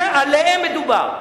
עליהן מדובר.